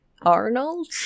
Arnold